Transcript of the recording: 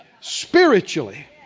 Spiritually